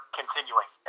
continuing